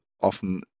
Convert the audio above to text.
often